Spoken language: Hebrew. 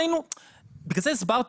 בגלל זה הסברתי,